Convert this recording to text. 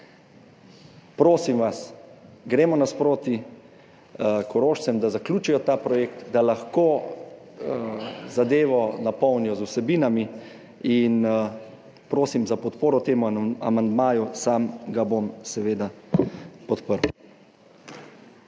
Prosim vas, gremo naproti Korošcem, da zaključijo ta projekt, da lahko zadevo napolnijo z vsebinami, in prosim za podporo temu amandmaju. Sam ga bom seveda podprl.